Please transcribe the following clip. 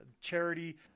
charity